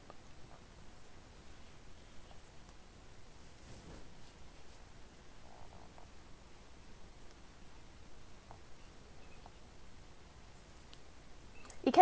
you can